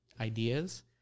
ideas